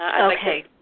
Okay